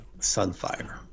Sunfire